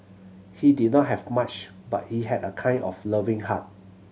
he did not have much but he had a kind of loving heart